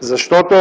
защото